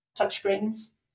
touchscreens